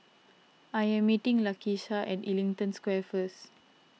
I am meeting Lakesha at Ellington Square first